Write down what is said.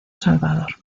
salvador